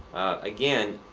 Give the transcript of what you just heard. again,